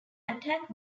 attack